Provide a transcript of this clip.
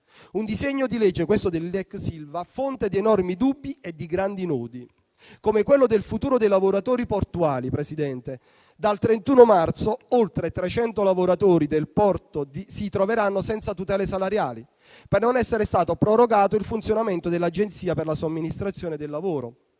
Un disegno di legge è questo dell'ex Ilva fonte di enormi dubbi e di grandi nodi, come quello del futuro dei lavoratori portuali. Dal 31 marzo oltre 300 lavoratori del porto si troveranno senza tutele salariali per non essere stato prorogato il funzionamento dell'agenzia per la somministrazione del lavoro